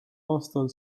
aastal